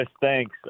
Thanks